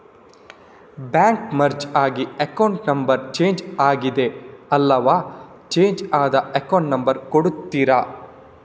Bank merge ಆಗಿ account number change ಆಗಿದೆ ಅಲ್ವಾ, ಚೇಂಜ್ ಆದ ಅಕೌಂಟ್ ನಂಬರ್ ಕೊಡ್ತೀರಾ?